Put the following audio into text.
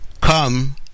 come